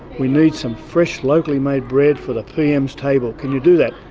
we need some fresh, locally-made bread for the pm's table. can you do that?